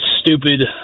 stupid